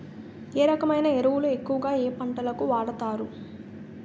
ఏ రకమైన ఎరువులు ఎక్కువుగా ఏ పంటలకు వాడతారు?